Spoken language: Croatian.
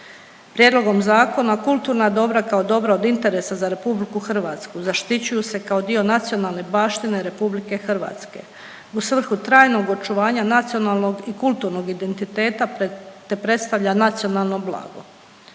Prijedlogom zakona kulturna dobra kao dobra od interesa za Republiku Hrvatsku zaštićuju se kao dio nacionalne baštine Republike Hrvatske u svrhu trajnog očuvanja nacionalnog i kulturnog identiteta, te predstavlja nacionalno blago.